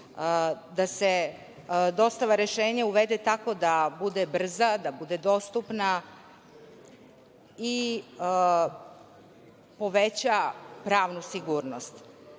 da se dostava rešenja uvede tako da bude brza, da bude dostupna i poveća pravnu sigurnost.